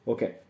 Okay